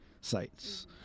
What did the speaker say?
sites